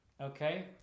okay